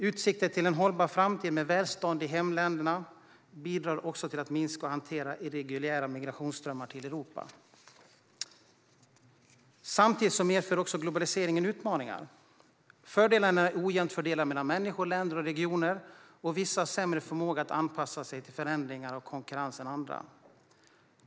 Utsikter till en hållbar framtid med välstånd i hemländerna bidrar också till att minska hanteringen av irreguljära migrationsströmmar till Europa. Samtidigt medför globaliseringen utmaningar. Fördelarna är ojämnt fördelade mellan människor, länder och regioner, och vissa har sämre förmåga att anpassa sig till förändringar och konkurrens än andra.